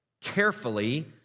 carefully